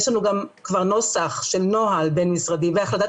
יש לנו כבר נוסח של נוהל בין משרדי והחלטת